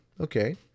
Okay